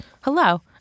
hello